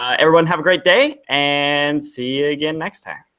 ah everyone have a great day, and see you again next time.